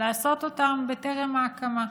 לעשות אותם בטרם ההקמה,